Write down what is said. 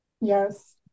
Yes